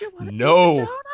No